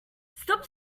stop